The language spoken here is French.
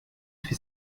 fait